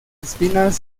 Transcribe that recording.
espinas